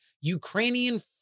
Ukrainian